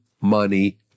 money